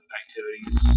activities